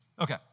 Okay